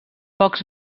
pocs